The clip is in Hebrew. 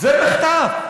זה מחטף.